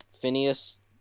Phineas